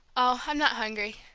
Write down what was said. oh, i'm not hungry.